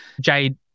Jade